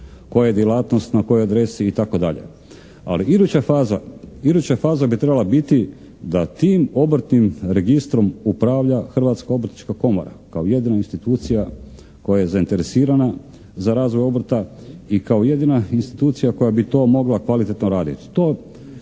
koja djelatnost, na kojoj adresi itd. Ali iduća faza bi trebala biti da tim obrtnim registrom upravlja Hrvatska obrtnička komora kao jedina institucija koja je zainteresirana za razvoj obrta i kao jedina institucija koja bi to mogla kvalitetno raditi.